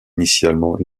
initialement